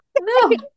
no